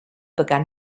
begann